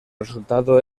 resultado